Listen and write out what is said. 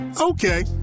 Okay